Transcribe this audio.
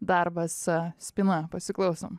darbas spyna pasiklausom